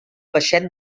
peixet